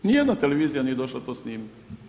Ni jedna televizija nije došla to snimiti.